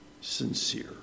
sincere